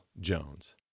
Jones